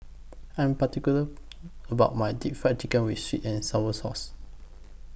I'm particular about My Deep Fried Fish with Sweet and Sour Sauce